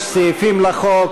יש סעיפים לחוק,